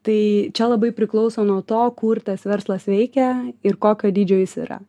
tai čia labai priklauso nuo to kur tas verslas veikia ir kokio dydžio jis yra